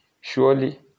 Surely